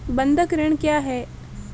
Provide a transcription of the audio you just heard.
बंधक ऋण क्या है?